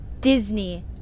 Disney